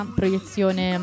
proiezione